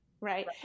Right